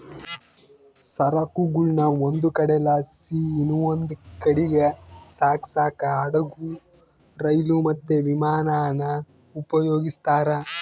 ಸರಕುಗುಳ್ನ ಒಂದು ಕಡೆಲಾಸಿ ಇನವಂದ್ ಕಡೀಗ್ ಸಾಗ್ಸಾಕ ಹಡುಗು, ರೈಲು, ಮತ್ತೆ ವಿಮಾನಾನ ಉಪಯೋಗಿಸ್ತಾರ